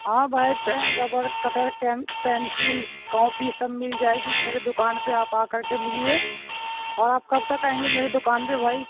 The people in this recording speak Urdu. ہاں بھائی pen rubber cutter pencil copy سب مل جائے گی میرے دکان پہ آپ آ کر کے ملیے اور آپ کب تک آئیں گے میرے دکان پہ بھائی